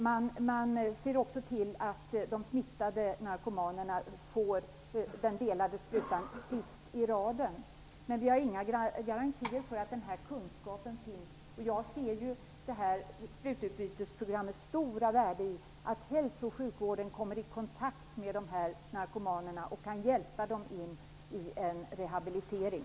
Vidare ser man till att smittade narkomaner får den delade sprutan sist i raden. Men vi har inga garantier för att den här kunskapen finns. Jag ser sprututbytesprogrammets stora värde i att hälso och sjukvården kommer i kontakt med de här narkomanerna och kan hjälpa dem in i rehabilitering.